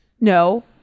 No